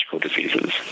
diseases